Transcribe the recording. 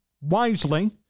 Wisely